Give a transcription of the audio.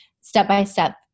step-by-step